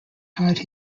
hide